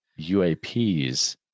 uaps